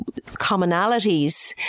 commonalities